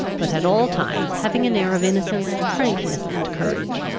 but at all times having an air of innocence, frankness, and courage.